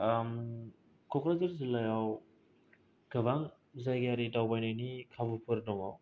क'क्राझार जिल्लायाव गोबां जायगायारि दावबायनायनि खाबुफोर दङ